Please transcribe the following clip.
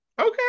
Okay